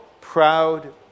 proud